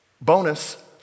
Bonus